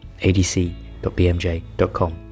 adc.bmj.com